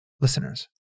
Listeners